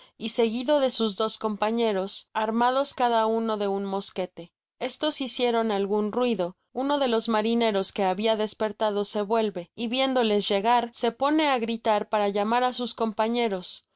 y seguido de sus dos compañeros armados cada uno de un mosquete estos hicieron algun ruido uno de los marineros que habia despertado se vuelve y viéndeles llegar se pone á gritar para llamar á sus compañeros